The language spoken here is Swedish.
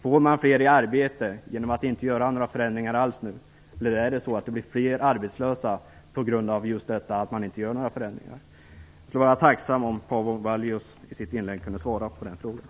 Får man fler i arbete genom att inte göra några förändringar alls nu, eller blir fler arbetslösa just på grund av att man inte gör några förändringar? Jag vore tacksam om Paavo Vallius i sitt inlägg kunde svara på den frågan.